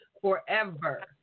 forever